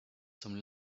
some